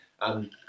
And-